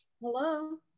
hello